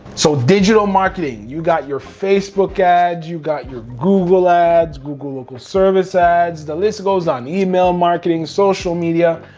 so digital marketing, you got your facebook ads, you got your google ads, google local service ads. the list goes on, email marketing, social media,